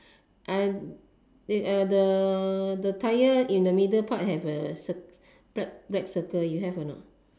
uh the tire in the middle part have a cir~ black black circle you have or not